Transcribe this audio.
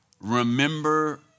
remember